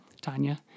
tanya